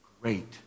great